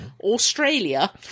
Australia